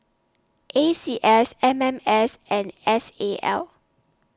A C S M M S and S A L